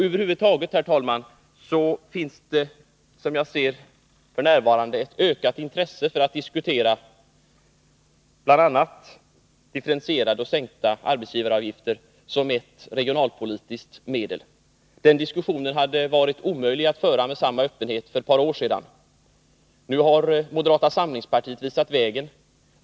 Över huvud taget finns det, herr talman, f. n. ett ökat intresse för att diskutera bl.a. differentierade och sänkta arbetsgivaravgifter som ett regionalpolitiskt medel. Den diskussionen hade varit omöjlig att föra med samma öppenhet för ett par år sedan. Nu har moderata samlingspartiet visat vägen.